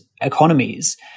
economies